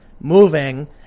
moving